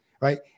right